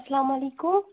اسلامُ علیکم